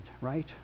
right